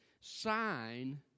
sign